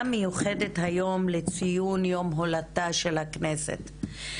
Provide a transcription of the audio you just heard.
מיוחדת היום לציון יום הולדתה של הכנסת.